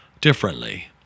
differently